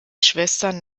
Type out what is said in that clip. schwestern